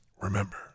remember